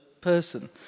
person